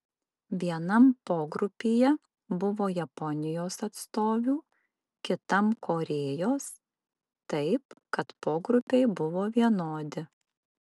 vienam pogrupyje buvo japonijos atstovių kitam korėjos taip kad pogrupiai buvo vienodi